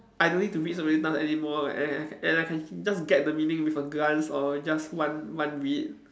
I don't need to read so many times anymore and I and I and I can just get the meaning with a glance or just one one read